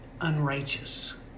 unrighteous